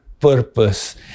purpose